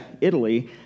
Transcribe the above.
Italy